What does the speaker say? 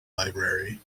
library